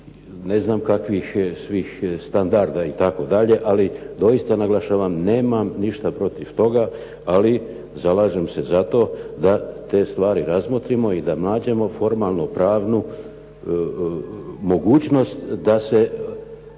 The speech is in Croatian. ne znam kakvih svih standarda itd. ali doista naglašavam nemam ništa protiv toga, ali zalažem se zato da te stvari razmotrimo i da nađemo formalno pravnu mogućnost da se